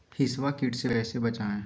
हिसबा किट से फसल को कैसे बचाए?